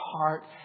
heart